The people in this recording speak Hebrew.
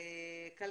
אנייס טופיול.